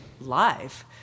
live